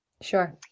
sure